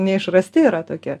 neišrasti yra tokie